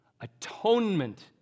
atonement